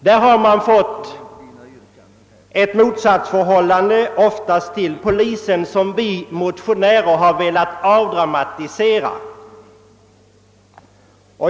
Det har ofta uppstått ett motsatsförhållande till polisen, som vi motionärer har velat avdramatisera.